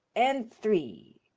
and three.